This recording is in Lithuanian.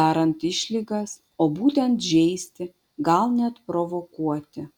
darant išlygas o būtent žeisti gal net provokuoti